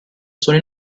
sono